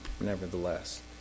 nevertheless